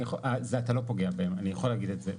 זה אתה לא פוגע, אני יכול להגיד את זה.